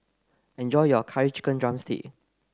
enjoy your curry chicken drumstick